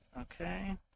Okay